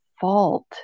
fault